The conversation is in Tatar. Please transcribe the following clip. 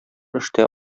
эштә